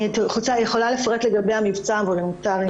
אני יכולה לפרט לגבי המבצע הוולונטרי גם,